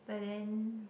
but then